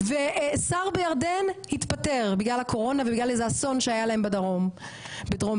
ושר בירדן התפטר בגלל הקורונה ובגלל זה אסון שהיה להם בדרום ירדן,